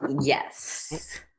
yes